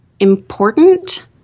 important